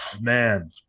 man